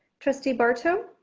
trustee barto.